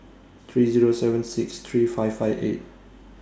three Zero seven six three five five eight